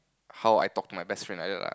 how I talk to my best friend like that lah